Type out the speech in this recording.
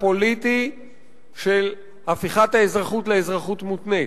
פוליטי של הפיכת האזרחות לאזרחות מותנית.